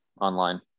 online